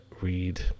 read